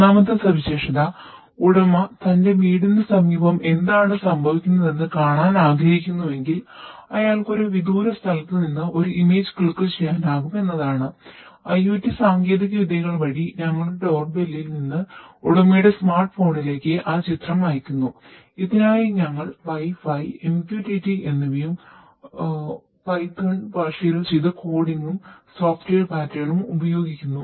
മൂന്നാമത്തെ സവിശേഷത ഉടമ തന്റെ വീടിന് സമീപം എന്താണ് സംഭവിക്കുന്നതെന്ന് കാണാൻ ആഗ്രഹിക്കുന്നുവെങ്കിൽ അയാൾക്ക് ഒരു വിദൂര സ്ഥലത്തു നിന്ന് ഒരു ഇമേജ് ക്ലിക്കു ഉപയോഗിക്കുന്നു